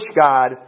God